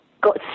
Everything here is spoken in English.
got